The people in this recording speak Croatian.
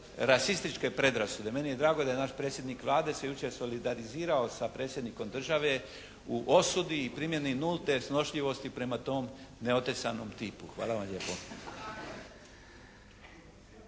rasističke predrasude. Meni je drago da je naš predsjednik Vlade se jučer solidarizirao sa Predsjednikom države u osudi i primjeni nulte snošljivosti prema tom neotesanom tipu. Hvala vam lijepo.